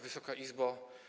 Wysoka Izbo!